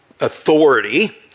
authority